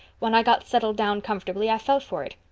when i got settled down comfortably i felt for it.